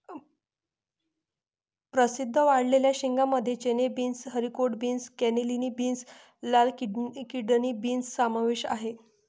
प्रसिद्ध वाळलेल्या शेंगांमध्ये चणे, beans, haricot beans, cannellini beans, लाल किडनी बीन्स समावेश आहे